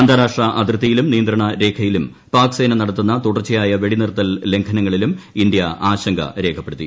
അന്താരാഷ്ട്ര അതിർത്തിയിലും നിയന്ത്രണ രേഖയിലും പാക്സേന നടത്തുന്ന തുടർച്ചയായ വെടി നിർത്തൽ ലംഘനങ്ങളിലും ഇന്ത്യ ആശങ്ക രേഖപ്പെടുത്തി